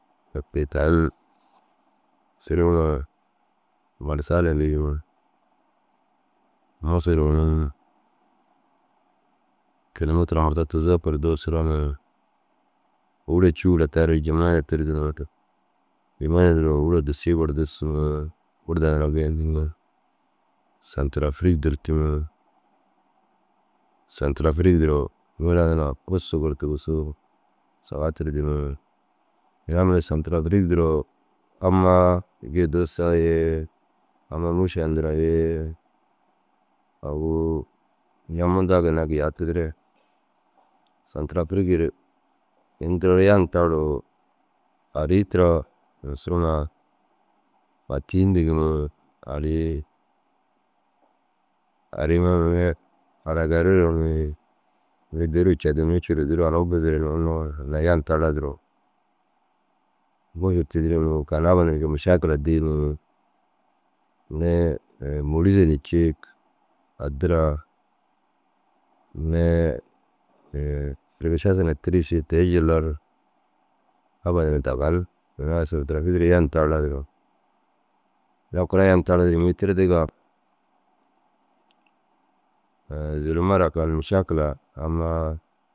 Ok tani suru ma « Mamar Salemi » yindigi. Mûzou ru ônum kilametira 40 gor duusu randir. Ôwura cûu gor tardu Jemena tirdu. Jemena duro ôwura disii gor duusu. Wurda niraã gii duussu. Santir afric dûrtu. Santir afric duro ŋila nuraa ussu gor tigisu. Saga tirduuure yuna mura santir afric duro ammaã gii duussaã ye amma môšaã ndura ye agu yuna mundaa ginna giyaatidire. Santir afric ru in duro ru yanir taruũ arii tira suru suma « Fatii » yindigi. Arii arima mere aragareroo ni. Mere dêroo Cadiyenou ciiru odo ru anuu buzure ni unnu yuna yan taraa duro buru fitinere ni kaaru abba nuruu gii mušaa kila dirii ni. Mere môrso na ciig. Addira mere firgiša sunaa tîra ši teu jillar abba nuruu i dagan. Yuna asillu teere fî duro yaan taraa duro. Yuna kura yaan taraa duro yimii tirdiga zûloma daha kan mušaakila ammaã.